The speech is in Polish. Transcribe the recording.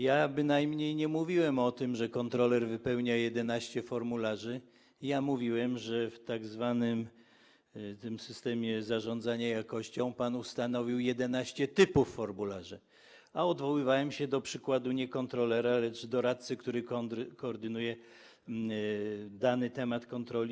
Ja bynajmniej nie mówiłem o tym, że kontroler wypełnia 11 formularzy, mówiłem, że w tzw. systemie zarządzania jakością pan ustanowił 11 typów formularzy, a odwoływałem się do przykładu nie kontrolera, lecz doradcy, który koordynuje dany temat kontroli.